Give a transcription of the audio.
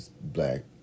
black